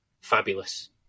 fabulous